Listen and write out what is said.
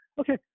Okay